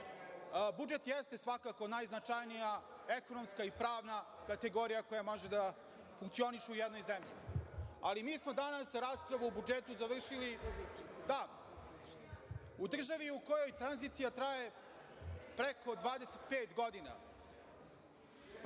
Budžet jeste svakako najznačajnija ekonomska i pravna kategorija koja može da funkcioniše u jednoj zemlji, ali mi smo raspravu o budžetu završili davno. U državi u kojoj tranzicija traje preko 25 godina,